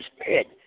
Spirit